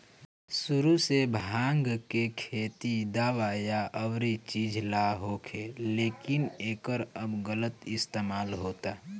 सुरु से भाँग के खेती दावा या अउरी चीज ला होखे, लेकिन एकर अब गलत इस्तेमाल होता